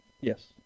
Yes